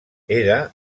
era